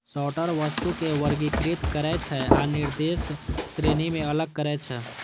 sorter वस्तु कें वर्गीकृत करै छै आ निर्दिष्ट श्रेणी मे अलग करै छै